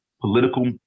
political